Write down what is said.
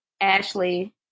Ashley